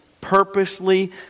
purposely